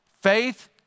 Faith